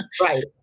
right